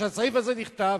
כשהסעיף הזה נכתב,